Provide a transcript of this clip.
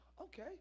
Okay